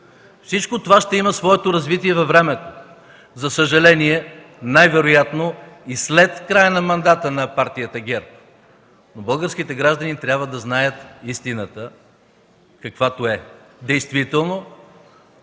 Всичко това ще има своето развитие във времето – за съжаление, най-вероятно и след края на мандата на партията ГЕРБ, но българските граждани трябва да знаят истината каквато е. Действително